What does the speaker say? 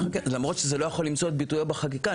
למרות שזה לא יכול למצוא את ביטויו בחקיקה.